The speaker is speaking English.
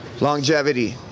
Longevity